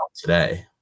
today